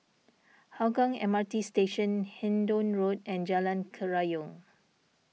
Hougang M R T Station Hendon Road and Jalan Kerayong